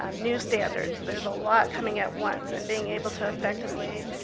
um new standards. there's a lot coming at once. and being able to effectively